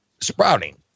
sprouting